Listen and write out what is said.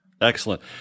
Excellent